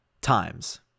times